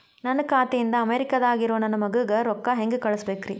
ನನ್ನ ಖಾತೆ ಇಂದ ಅಮೇರಿಕಾದಾಗ್ ಇರೋ ನನ್ನ ಮಗಗ ರೊಕ್ಕ ಹೆಂಗ್ ಕಳಸಬೇಕ್ರಿ?